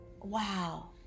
wow